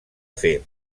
fer